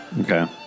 Okay